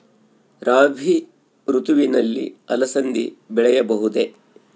ರಾಭಿ ಋತುವಿನಲ್ಲಿ ಅಲಸಂದಿ ಬೆಳೆಯಬಹುದೆ?